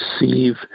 receive